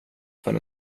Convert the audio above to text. för